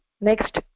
next